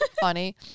funny